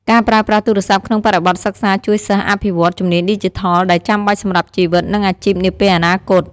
ការប្រើប្រាស់ទូរស័ព្ទក្នុងបរិបទសិក្សាជួយសិស្សអភិវឌ្ឍ ជំនាញឌីជីថល ដែលចាំបាច់សម្រាប់ជីវិត និងអាជីពនាពេលអនាគត។